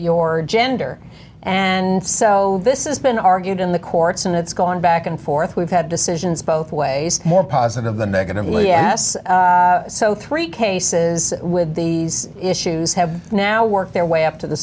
your gender and so this is been argued in the courts and it's gone back and forth we've had decisions both ways more positive than negatively yes so three cases with these issues have now worked their way up to the